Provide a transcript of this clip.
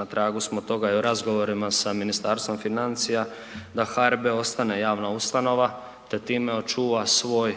na tragu smo toga i u razgovorima sa Ministarstvom financija da HRB ostane javna ustanova te time očuva svoj